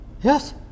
Yes